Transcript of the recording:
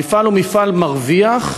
המפעל הוא מפעל מרוויח,